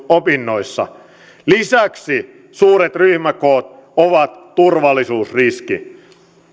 opinnoissa lisäksi suuret ryhmäkoot ovat turvallisuusriski